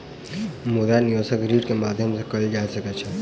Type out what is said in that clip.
मुद्रा निवेश ऋण के माध्यम से कएल जा सकै छै